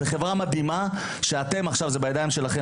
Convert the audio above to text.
זה בידיים שלכם עכשיו,